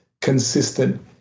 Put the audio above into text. consistent